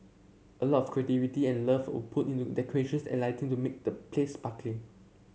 a lot of creativity and love were put into decorations and lighting to make the place sparkling